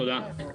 תודה.